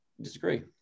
disagree